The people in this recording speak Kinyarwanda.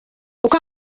uko